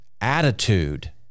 attitude